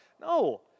No